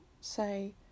say